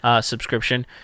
subscription